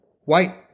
white